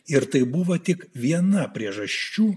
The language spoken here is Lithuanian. ir tai buvo tik viena priežasčių